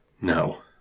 No